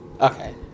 Okay